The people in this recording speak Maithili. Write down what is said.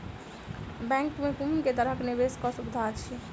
बैंक मे कुन केँ तरहक निवेश कऽ सुविधा अछि?